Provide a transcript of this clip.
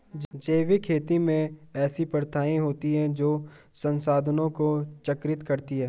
जैविक खेती में ऐसी प्रथाएँ होती हैं जो संसाधनों को चक्रित करती हैं